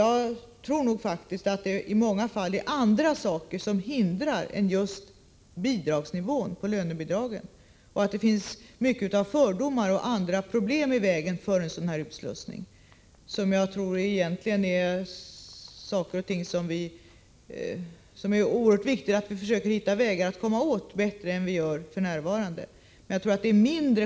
Jag tror faktiskt att det i många fall är annat än just nivån på de statliga lönebidragen som hindrar en sådan utslussning. Det finns fördomar och andra problem som står i vägen. Det är oerhört viktigt att vi försöker att hitta olika vägar för att bättre än vi f.n. gör komma åt dessa hinder.